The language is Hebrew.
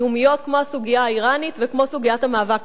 כמו הסוגיה האירנית וכמו סוגיית המאבק ב"חמאס".